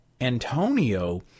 Antonio